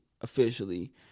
officially